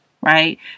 right